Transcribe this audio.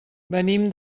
venim